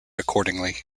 accordingly